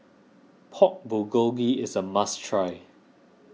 Pork Bulgogi is a must try